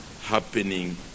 happening